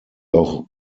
auch